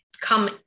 come